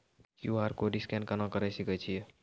QR code scan केना करै सकय छियै?